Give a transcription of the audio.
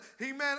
amen